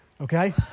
okay